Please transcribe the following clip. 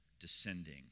descending